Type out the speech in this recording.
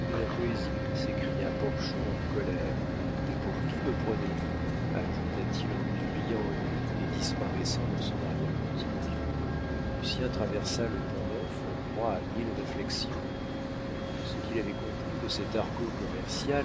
de la poésie s'écria porchon en colère et pour qui me prenez-vous ajouta-t-il en lui riant au nez et disparaissant dans son arrière-boutique lucien traversa le pont-neuf en proie à mille réflexions ce qu'il avait compris de cet argot commercial